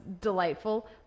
delightful